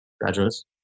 Graduates